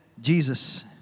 Jesus